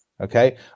Okay